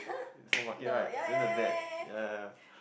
supermarket right then the net ya ya